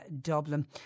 Dublin